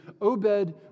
Obed